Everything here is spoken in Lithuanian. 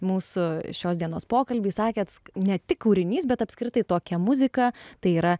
mūsų šios dienos pokalbį sakėt ne tik kūrinys bet apskritai tokia muzika tai yra